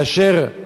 כאשר היא